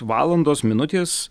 valandos minutės